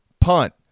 punt